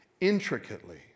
intricately